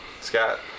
Scott